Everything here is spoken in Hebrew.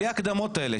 בלי ההקדמות האלה.